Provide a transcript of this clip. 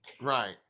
Right